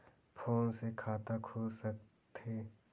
Phone से खाता खुल सकथे?